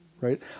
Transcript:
right